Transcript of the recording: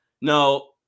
No